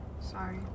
Sorry